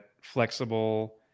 flexible